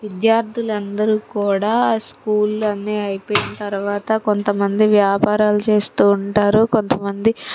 విద్యార్థులు అందరు కూడా ఆ స్కూల్ అన్నీ అయిపోయిన తర్వాత కొంతమంది వ్యాపారాలు చేస్తూ ఉంటారు కొంతమంది